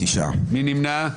מי נמנע?